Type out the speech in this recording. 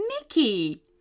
Mickey